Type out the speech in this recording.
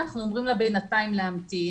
אנחנו אומרים לה בינתיים להמתין.